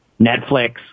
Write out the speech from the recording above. Netflix